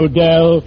Odell